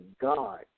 God